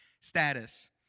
status